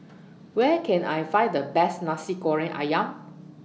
Where Can I Find The Best Nasi Goreng Ayam